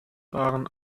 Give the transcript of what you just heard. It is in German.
waren